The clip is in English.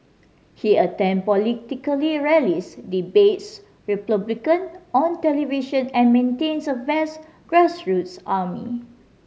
he attend political rallies debates Republicans on television and maintains a vast grassroots army